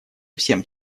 всем